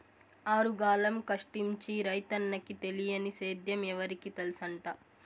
ఆరుగాలం కష్టించి రైతన్నకి తెలియని సేద్యం ఎవరికి తెల్సంట